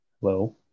Hello